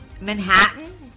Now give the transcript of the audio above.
Manhattan